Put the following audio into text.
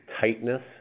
tightness